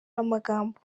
amagambo